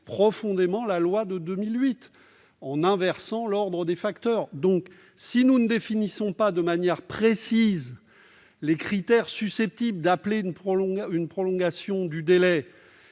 profondément la loi de 2008, en inversant l'ordre des facteurs ! Si nous ne définissons pas de manière précise les critères susceptibles d'appeler une prolongation du délai